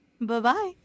Bye-bye